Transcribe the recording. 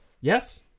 Yes